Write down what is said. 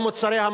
לסופר,